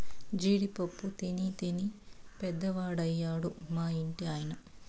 జీడి పప్పు తినీ తినీ పెద్దవాడయ్యాడు మా ఇంటి ఆయన